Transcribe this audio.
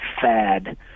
fad